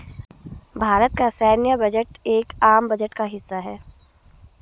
भारत का सैन्य बजट एक आम बजट का हिस्सा है